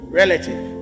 relative